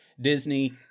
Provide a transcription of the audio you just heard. disney